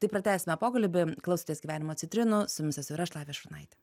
tai pratęsime pokalbį klausotės gyvenimo citrinų su jumis esu ir aš lavija šurnaitė